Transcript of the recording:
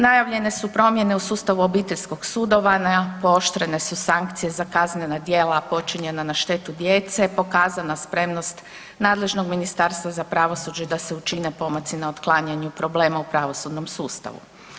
Najavljene su promjene u sustavu obiteljskog sudovanja, pooštrene su sankcije za kaznena djela počinjena na štetu djece, pokazana spremnost nadležnog Ministarstva za pravosuđe da se učine pomaci na otklanjanju problema u pravosudnom sustavu.